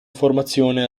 formazione